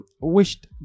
wished